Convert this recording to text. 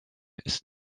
ist